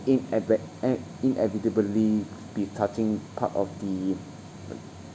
ineve~ en~ inevitably be touching part of the